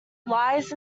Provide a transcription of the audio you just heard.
lies